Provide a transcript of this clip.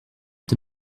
est